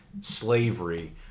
slavery